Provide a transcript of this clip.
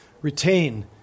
retain